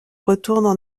retournent